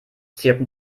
zirpen